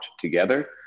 together